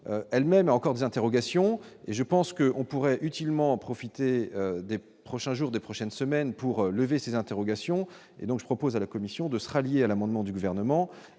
elle-même encore des interrogations et je pense que on pourrait utilement profiter des prochains jours des prochaines semaines pour lever ces interrogations et donc je propose à la commission de se rallier à l'amendement du gouvernement